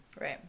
Right